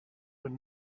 were